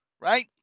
right